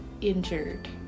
injured